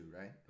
right